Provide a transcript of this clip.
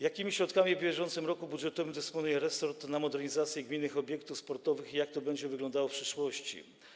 Jakimi środkami w bieżącym roku budżetowym dysponuje resort na modernizację gminnych obiektów sportowych i jak to będzie wyglądało w przyszłości?